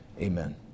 Amen